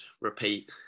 repeat